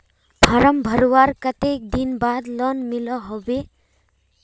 Form भरवार कते दिन बाद लोन मिलोहो होबे?